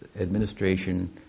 administration